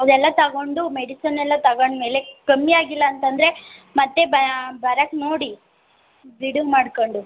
ಅವೆಲ್ಲ ತಗೊಂಡು ಮೆಡಿಸನ್ನೆಲ್ಲ ತಗೊಂಡ್ಮೇಲೆ ಕಮ್ಮಿಯಾಗಿಲ್ಲ ಅಂತಂದರೆ ಮತ್ತು ಬರೋಕ್ ನೋಡಿ ಬಿಡುವು ಮಾಡಿಕೊಂಡು